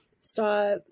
stop